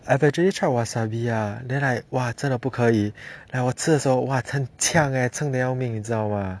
I've actually tried wasabi ah then I !wah! 真的不可以 like 我吃的时候 !wah! 很呛 eh 呛得要命你知道 mah